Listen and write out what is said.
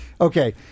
Okay